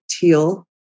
Teal